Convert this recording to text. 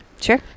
Sure